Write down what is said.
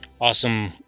awesome